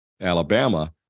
Alabama